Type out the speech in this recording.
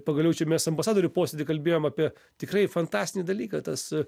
pagaliau čia mes ambasadorių posėdy kalbėjom apie tikrai fantastinį dalyką tas